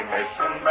Mission